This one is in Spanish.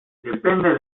depende